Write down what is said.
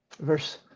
verse